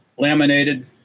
laminated